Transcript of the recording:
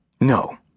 No